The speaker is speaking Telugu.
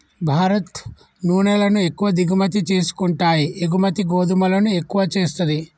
భారత్ నూనెలను ఎక్కువ దిగుమతి చేసుకుంటాయి ఎగుమతి గోధుమలను ఎక్కువ చేస్తది